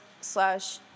slash